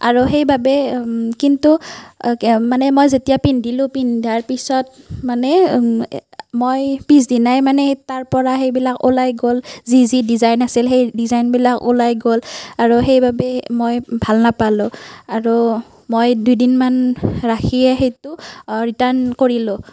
আৰু সেইবাবে কিন্তু মানে মই যেতিয়া পিন্ধিলোঁ পিন্ধাৰ পিছত মানে মই পিছদিনাই মানে তাৰ পৰা সেইবিলাক ওলাই গ'ল যি যি ডিজাইন আছিল সেই ডিজাইনবিলাক ওলাই গ'ল আৰু সেইবাবে মই ভাল নাপালোঁ আৰু মই দুদিনমান ৰাখিয়ে সেইটো ৰিটাৰ্ণ কৰিলোঁ